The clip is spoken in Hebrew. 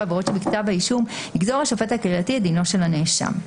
העבירות שבכתב האישום יגזור השופט הקהילתי את דינו של הנאשם.